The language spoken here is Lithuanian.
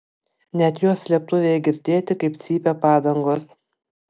net jos slėptuvėje girdėti kaip cypia padangos